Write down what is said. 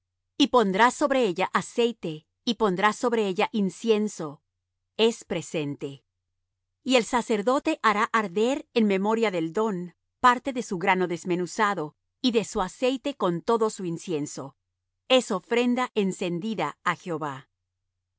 y pondrás sobre ella aceite y pondrás sobre ella incienso es presente y el sacerdote hará arder en memoria del don parte de su grano desmenuzado y de su aceite con todo su incienso es ofrenda encendida á jehová